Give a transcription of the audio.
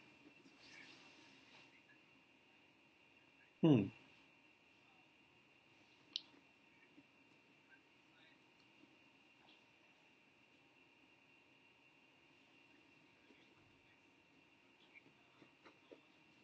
mm